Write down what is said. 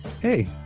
hey